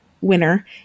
winner